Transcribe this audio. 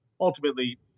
ultimately